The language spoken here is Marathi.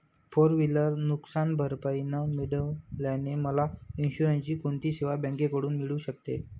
फोर व्हिलर नुकसानभरपाई न मिळाल्याने मला इन्शुरन्सची कोणती सेवा बँकेकडून मिळू शकते?